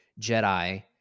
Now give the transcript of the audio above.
Jedi